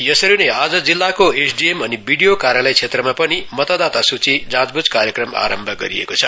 यसरी नै आज जिल्लाको एसडीएम अनि बीडीओ कार्यलय क्षेत्रमा पनि मतदाता जाँचबुझ कार्यक्रम आरम्भ गरिएको छ